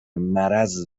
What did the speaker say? مرض